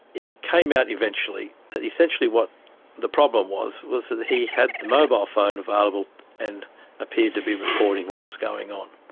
it came out eventually that essentially what the problem was was that he had the mobile phone available and appeared to be recording what was going on,